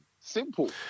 Simple